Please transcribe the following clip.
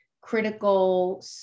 critical